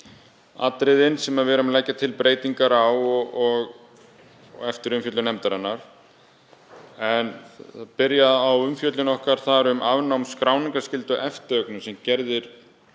atriðin sem við erum að leggja til breytingar á eftir umfjöllun nefndarinnar. Ég byrja á umfjöllun okkar um afnám skráningarskyldu á eftirvögnum sem gerðir